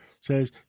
says